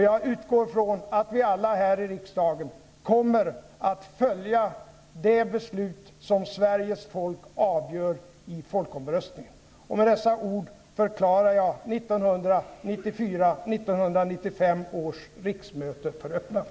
Jag utgår från att vi alla här i riksdagen kommer att följa det beslut som Sveriges folk avgör i folkomröstningen. Med dessa ord förklarar jag dagens sammanträde för öppnat.